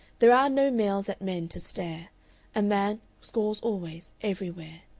there are no males at men to stare a man scores always, everywhere.